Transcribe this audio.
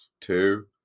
two